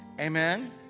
Amen